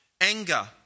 anger